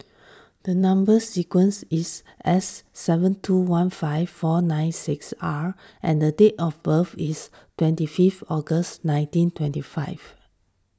the Number Sequence is S seven two one five four nine six R and the date of birth is twenty fifth August nineteen twenty five